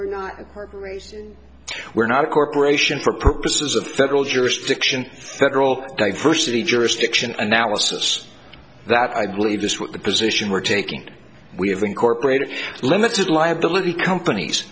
we're not we're not a corporation for purposes of federal jurisdiction federal diversity jurisdiction analysis that i believe this was the position we're taking we have incorporated limited liability companies